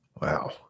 wow